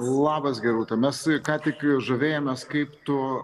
labas gerūta mes ką tik žavėjomės kaip tu